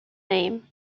name